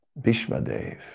bishmadev